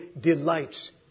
delights